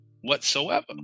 whatsoever